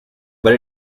but